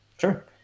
Sure